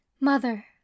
Mother